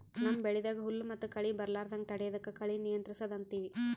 ನಮ್ಮ್ ಬೆಳಿದಾಗ್ ಹುಲ್ಲ್ ಮತ್ತ್ ಕಳಿ ಬರಲಾರದಂಗ್ ತಡಯದಕ್ಕ್ ಕಳಿ ನಿಯಂತ್ರಸದ್ ಅಂತೀವಿ